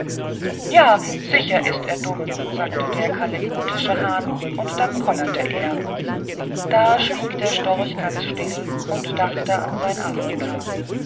ja sicher ist er dumm sagte der kalekutische hahn und dann kollerte er da schwieg der storch ganz still und dachte an sein afrika